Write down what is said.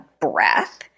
breath